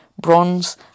bronze